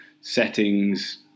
settings